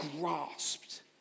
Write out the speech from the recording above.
grasped